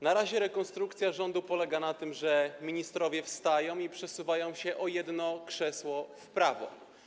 Na razie rekonstrukcja rządu polega na tym, że ministrowie wstają i przesuwają się o jedno krzesło w prawo.